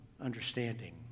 understanding